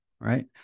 right